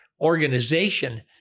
organization